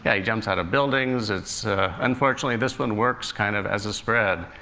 yeah he jumps out of buildings. it's unfortunately, this one works, kind of, as a spread.